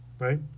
Right